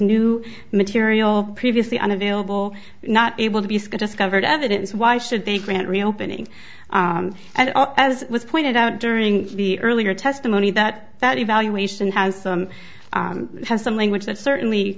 new material previously unavailable not able to be scott discovered evidence why should they grant reopening and as was pointed out during the earlier testimony that that evaluation has some has some language that certainly